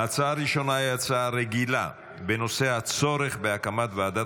ההצעה הראשונה היא הצעה רגילה בנושא: הצורך בהקמת ועדת